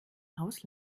haus